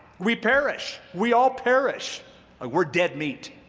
we perish, we all perish ah we're dead meat.